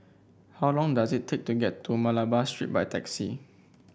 how long does it take to get to Malabar Street by taxi